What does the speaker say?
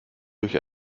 durch